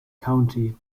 county